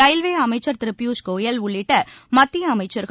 railway அமைச்சர் திரு பியூஷ் கோயல் உள்ளிட்ட மத்திய அமைச்சர்கள்